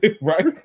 right